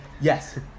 yes